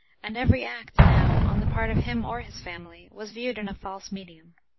and every act now, on the part of him or his family, was viewed in a false medium.